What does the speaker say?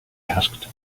asked